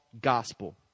gospel